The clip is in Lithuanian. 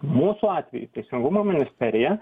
mūsų atveju teisingumo ministerija